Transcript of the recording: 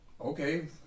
Okay